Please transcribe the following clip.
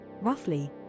roughly